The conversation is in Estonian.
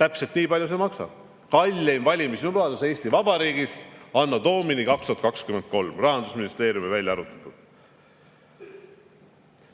Täpselt nii palju see maksab. Kalleim valimislubadus Eesti Vabariigisanno Domini2023, Rahandusministeeriumi välja arvutatud.